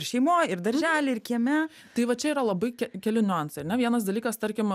šeimoj ir daržely ir kieme tai va čia yra labai keli niuansai ar ne vienas dalykas tarkim